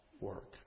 work